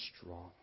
strong